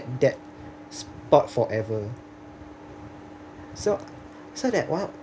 that spot forever so so that what